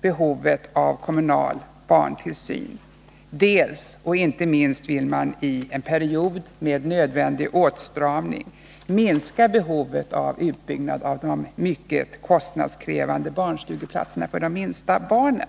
behovet av kommunal barntillsyn, dels — och inte minst — vill man i en period av nödvändig åtstramning minska behovet av utbyggnad av de mycket kostnadskrävande barnstugeplatserna för de minsta barnen.